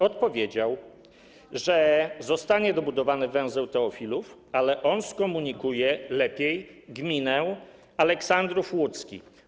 Odpowiedział, że zostanie wybudowany węzeł Teofilów, ale on skomunikuje lepiej gminę Aleksandrów Łódzki.